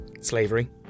Slavery